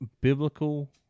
biblical